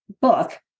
book